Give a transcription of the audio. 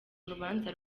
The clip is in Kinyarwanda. urubanza